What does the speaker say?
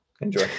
Enjoy